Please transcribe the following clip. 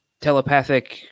telepathic